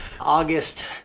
August